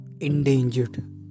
endangered